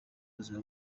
ubuzima